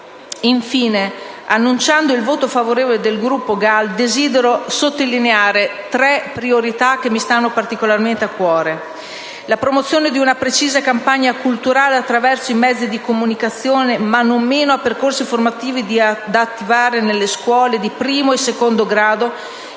Infine, dichiarando il voto favorevole del Gruppo GAL, desidero sottolineare tre priorità che mi stanno particolarmente a cuore. La prima riguarda la promozione di un precisa campagna culturale attraverso i mezzi di comunicazione, ma non meno mediante percorsi formativi da attuare nelle scuole di primo e secondo grado